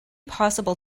possible